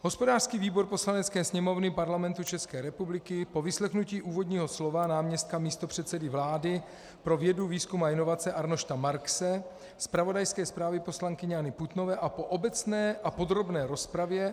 Hospodářský výbor Poslanecké sněmovny Parlamentu České republiky po vyslechnutí úvodního slova náměstka místopředsedy vlády pro vědu, výzkum a inovace Arnošta Marxe, zpravodajské zprávě poslankyně Anny Putnové a po obecné a podrobné rozpravě